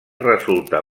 resulta